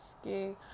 asking